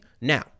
Now